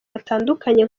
batandukanye